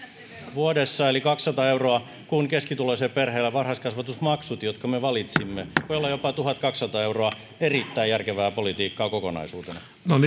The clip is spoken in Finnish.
vuodessa eli kaksisataa euroa kun keskituloisella perheellä varhaiskasvatusmaksut jotka me valitsimme voivat olla jopa tuhatkaksisataa euroa erittäin järkevää politiikkaa kokonaisuutena